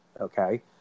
Okay